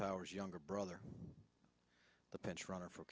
power's younger brother the pinch runner for